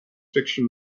fiction